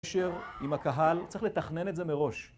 עם הקהל, צריך לתכנן את זה מראש.